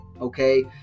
Okay